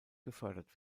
gefördert